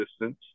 distance